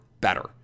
better